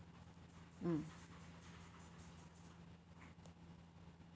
mm